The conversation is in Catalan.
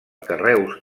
carreus